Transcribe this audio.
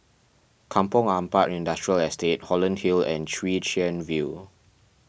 Kampong Ampat Industrial Estate Holland Hill and Chwee Chian View